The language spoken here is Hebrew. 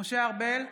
משה ארבל,